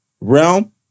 realm